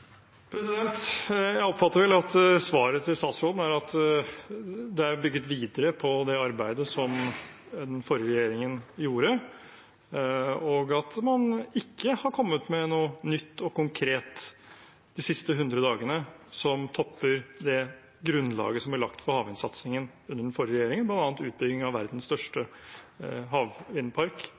Jeg oppfatter vel at svaret til statsråden er at det er bygget videre på det arbeidet som den forrige regjeringen gjorde, og at man ikke har kommet med noe nytt og konkret de siste 100 dagene som topper det grunnlaget som ble lagt for havvindsatsingen under den forrige regjeringen, bl.a. utbygging av verdens største havvindpark,